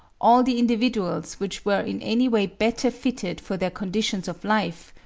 all the individuals which were in any way better fitted for their conditions of life,